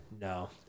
no